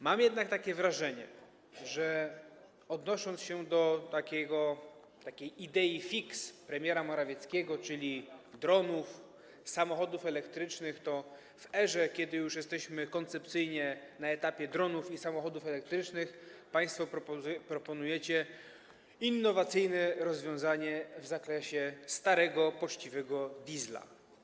Mam jednak takie wrażenie - odnosząc się do idée fix premiera Morawieckiego, czyli dronów, samochodów elektrycznych - że w erze, kiedy już jesteśmy koncepcyjnie na etapie dronów i samochodów elektrycznych, państwo proponujecie innowacyjne rozwiązanie w zakresie starego poczciwego diesla.